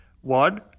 One